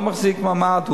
הוא לא מחזיק מעמד,